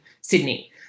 Sydney